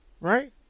right